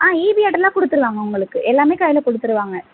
ஆ E B அட்டைலாம் கொடுத்துருவாங்க உங்களுக்கு எல்லாம் கையில் கொடுத்துருவாங்க